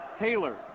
Taylor